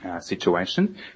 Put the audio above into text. situation